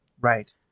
right